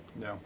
No